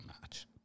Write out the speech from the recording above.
match